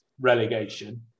relegation